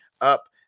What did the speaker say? up